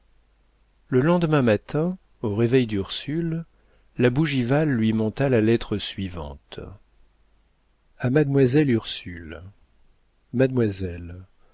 le lendemain matin au réveil d'ursule la bougival lui monta la lettre suivante a mademoiselle ursule mademoiselle